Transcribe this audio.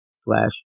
slash